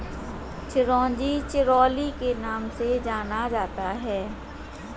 चिरोंजी चिरोली के नाम से भी जाना जाता है